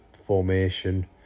formation